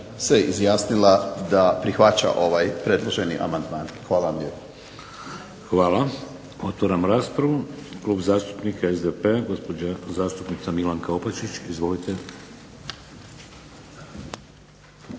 se izjasnila da prihvaća ovaj predloženi amandman. Hvala vam lijepa. **Šeks, Vladimir (HDZ)** Hvala. Otvaram raspravu. Klub zastupnika SDP-a, gospođa zastupnica Milanka Opačić. Izvolite.